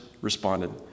responded